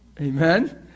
Amen